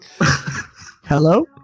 Hello